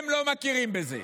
הם לא מכירים בזה.